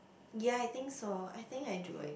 ya I think so I think I do it